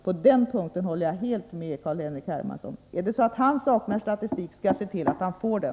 Är det så att Carl-Henrik Hermansson saknar statistik skall jag se till att han får den.